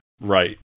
Right